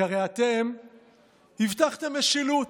כי הרי אתם הבטחתם משילות.